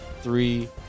Three